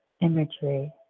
imagery